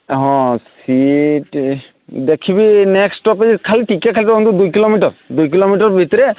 ହଁ ସିଟ୍ ଦେଖିବି next stoppage ଖାଲି ଟିକେ ଖାଲି ରୁହନ୍ତୁ ଦୁଇ କିଲୋମିଟର୍ ଦୁଇ କିଲୋମିଟର୍ ଭିତରେ